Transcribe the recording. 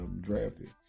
drafted